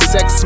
Sex